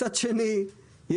מצד שני,